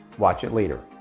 watch it later.